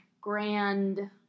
grand